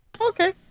Okay